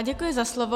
Děkuji za slovo.